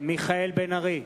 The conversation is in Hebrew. מיכאל בן-ארי,